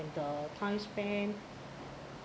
and the time spent